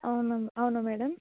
అవునా మే అవునా మేడం